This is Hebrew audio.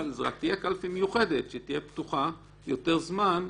זו תהיה קלפי מיוחדת, שתהיה פתוחה יותר מזומן,